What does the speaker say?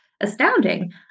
astounding